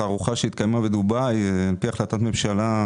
התערוכה שהתקיימה בדובאי על פי החלטת ממשלה,